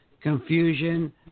confusion